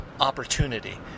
opportunity